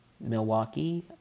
Milwaukee